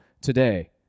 today